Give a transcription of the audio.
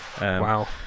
Wow